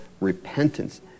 repentance